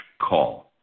call